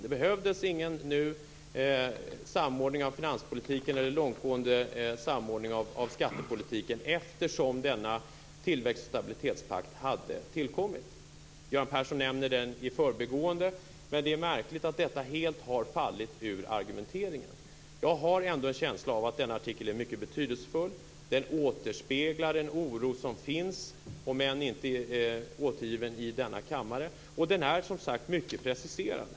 Det behövs ingen samordning av finanspolitiken eller någon långtgående samordning av skattepolitiken eftersom denna tillväxt och stabilitetspakt har tillkommit. Göran Persson nämner den i förbigående, men det är märkligt att detta helt har fallit ur argumenteringen. Jag har ändå en känsla av att denna artikel är mycket betydelsefull. Den återspeglar en oro som finns, om än inte återgiven i denna kammare, och den är mycket preciserad.